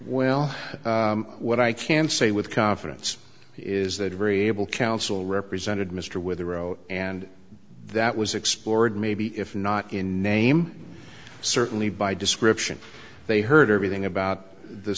well what i can say with confidence is that a very able counsel represented mr with a row and that was explored maybe if not in name certainly by description they heard everything about the